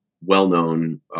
well-known